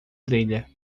trilha